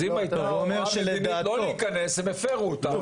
אז אם הייתה הוראה לא להיכנס הם הפרו אותה.